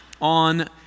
on